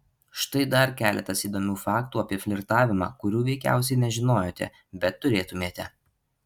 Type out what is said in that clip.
štai dar keletas įdomių faktų apie flirtavimą kurių veikiausiai nežinojote bet turėtumėte